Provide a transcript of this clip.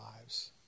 lives